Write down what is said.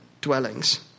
dwellings